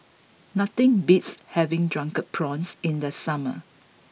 nothing beats having Drunken Prawns in the summer